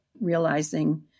realizing